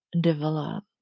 develop